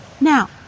Now